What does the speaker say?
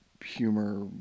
humor